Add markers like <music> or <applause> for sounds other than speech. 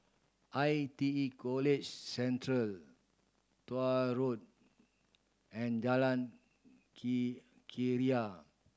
I T E College Central Tuah Road and Jalan <unintelligible> Keria